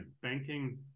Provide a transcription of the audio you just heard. banking